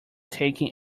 taking